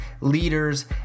leaders